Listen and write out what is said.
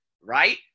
right